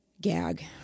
gag